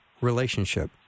relationship